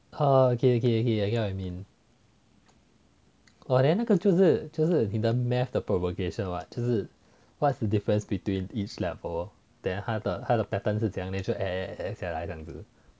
okay okay I what you mean or then 那个就是就是你的 math 的 propagation [what] 就是 what's the difference between each level then 它的 pattern 是怎样就 add add 下来